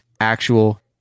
actual